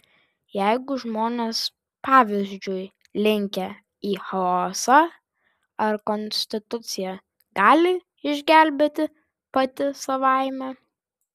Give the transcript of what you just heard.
jeigu žmonės pavyzdžiui linkę į chaosą ar konstitucija gali išgelbėti pati savaime